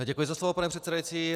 Děkuji za slovo, pane předsedající.